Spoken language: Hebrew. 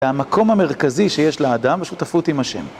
המקום המרכזי שיש לאדם השותפות עם השם